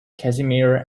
casimir